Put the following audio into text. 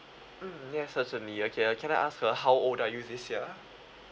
mm yes certainly okay uh can I ask uh how old are you this year